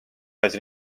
ühes